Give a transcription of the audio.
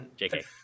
JK